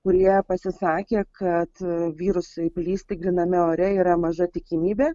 kurie pasisakė kad virusui plisti gryname ore yra maža tikimybė